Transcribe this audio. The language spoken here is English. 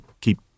keep